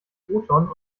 photon